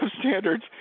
standards